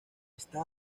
está